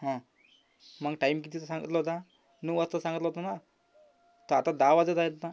हं मग टाईम कितीचा सांगितला होता नऊ वाजता सांगितला होता ना तर आता दहा वाजत आहेत ना